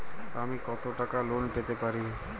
আমি কত টাকা লোন পেতে পারি?